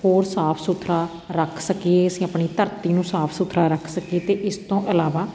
ਹੋਰ ਸਾਫ ਸੁਥਰਾ ਰੱਖ ਸਕੀਏ ਅਸੀਂ ਆਪਣੀ ਧਰਤੀ ਨੂੰ ਸਾਫ ਸੁਥਰਾ ਰੱਖ ਸਕੀਏ ਅਤੇ ਇਸ ਤੋਂ ਇਲਾਵਾ